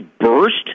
burst